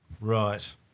Right